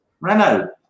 Renault